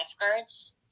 lifeguards